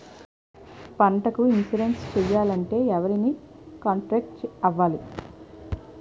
పంటకు ఇన్సురెన్స్ చేయాలంటే ఎవరిని కాంటాక్ట్ అవ్వాలి?